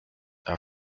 are